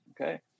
Okay